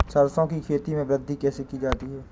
सरसो की खेती में वृद्धि कैसे की जाती है?